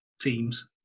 teams